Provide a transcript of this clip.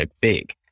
big